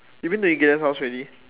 you been to Gideon house already